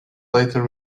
later